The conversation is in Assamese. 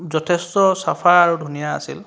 যথেষ্ট চাফা আৰু ধুনীয়া আছিল